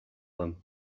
them